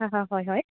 হা হা হয় হয়